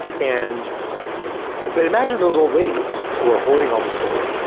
and but imagine those old ladies who are hoarding all these gold.